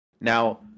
Now